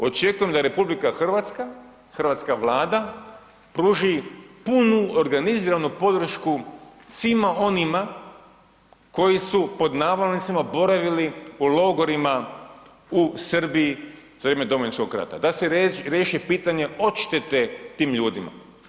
Očekujem da RH, Hrvatska vlada pruži punu organiziranu podršku svima onima koji su pod navodnicima boravili u logorima u Srbiji za vrijeme Domovinskog rata, da se riješi pitanje odštete tim ljudima.